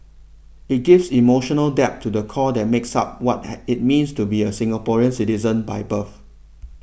it gives emotional depth to the core that makes up what had it means to be a Singaporean citizens by birth